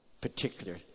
particular